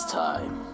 time